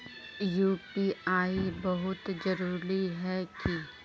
UPI बहुत जरूरी है की?